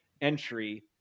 entry